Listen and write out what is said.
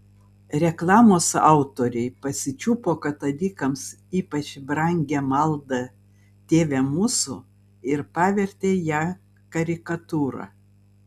reklamos autoriai pasičiupo katalikams ypač brangią maldą tėve mūsų ir pavertė ją karikatūra